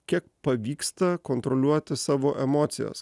kiek pavyksta kontroliuoti savo emocijas